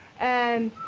and